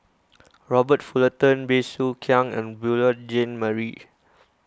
Robert Fullerton Bey Soo Khiang and Beurel Jean Marie